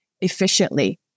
efficiently